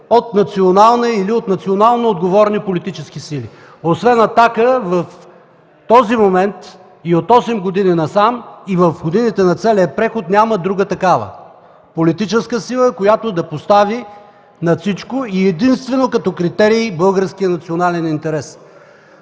от национално или от национално отговорни политически сили. Освен „Атака” в този момент и от осем години насам, и в годината на целия преход няма друга такава политическа сила, която да постави над всичко и единствено като критерий българския национален интерес.